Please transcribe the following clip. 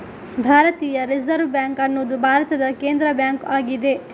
ಭಾರತೀಯ reserve bank ಅನ್ನುದು ಭಾರತದ ಕೇಂದ್ರ ಬ್ಯಾಂಕು ಆಗಿದೆ